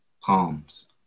palms